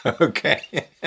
Okay